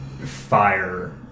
fire